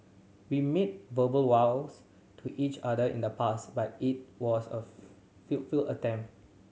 we made verbal vows to each other in the past but it was a feel feel attempt